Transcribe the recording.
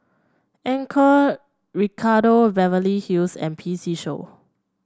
Anchor Ricardo Beverly Hills and P C Show